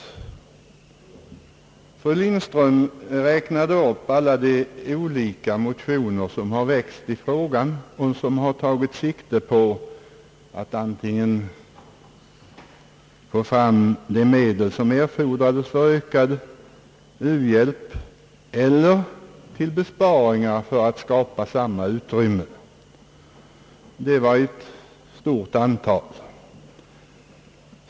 Fru Lindström räknade upp alla de olika motioner som har väckts i frågan och som har tagit sikte på antingen att få fram de medel, som erfordras för ökad u-hjälp, eller att göra besparingar för att skapa samma utrymme. Det var ett stort antal.